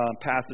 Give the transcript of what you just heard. Passage